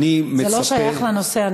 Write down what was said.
זה לא שייך לנושא.